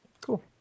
cool